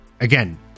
Again